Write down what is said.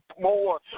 more